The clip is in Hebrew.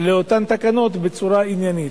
בצורה עניינית.